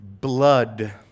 blood